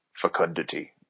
fecundity